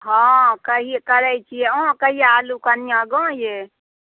हॅं करै छी अहाँ कहिया अयलहुँ कनियाँ गाँवयै